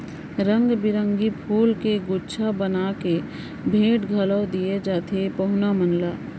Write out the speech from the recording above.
रंग बिरंगी फूल के गुच्छा बना के भेंट घलौ दिये जाथे पहुना मन ला